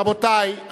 רבותי,